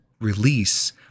release